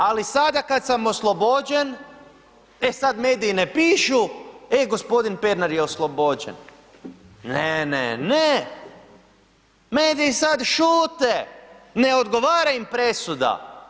Ali sada kad sam oslobođen, e sad mediji ne pišu e, g. Pernar je oslobođen, ne, ne, ne, mediji sad šute, ne odgovara im presuda.